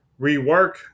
rework